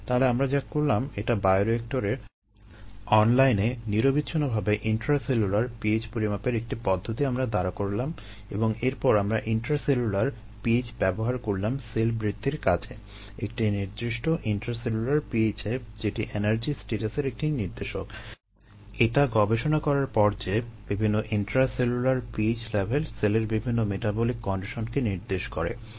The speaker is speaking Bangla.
তাহলে আমরা যা করলাম একটি বায়োরিয়েক্টরে অনলাইনে নিরবিচ্ছিন্নভাবে ইন্ট্রাসেলুলার pH পরিমাপের একটি পদ্ধতি আমরা দাঁড়া করালাম এবং এরপর আমরা ইন্ট্রাসেলুলার pH ব্যবহার করলাম সেল বৃদ্ধির কাজে একটি নির্দিষ্ট ইন্ট্রাসেলুলার pH এ যেটি এনার্জি স্ট্যাটাসের একটি নির্দেশক এটা গবেষণা করার পর যে বিভিন্ন ইন্ট্রাসেলুলার pH লেভেল সেলের বিভিন্ন মেটাবলিক কন্ডিশনকে নির্দেশ করে